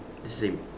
the same